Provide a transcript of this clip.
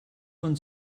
man